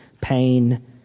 pain